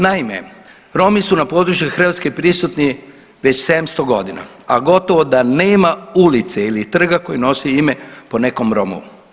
Naime, Romi su na području Hrvatske prisuti već 700 godina, a gotovo da nema ulice ili trga koji nosi ime po nekom Romu.